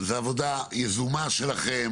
זאת עבודה יזומה שלכם?